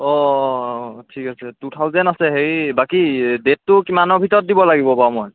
অঁ ঠিক আছে টু থাওজেণ্ড আছে হেৰি বাকী ডেটটো কিমানৰ ভিতৰত দিব লাগিব বাৰু মই